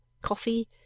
coffee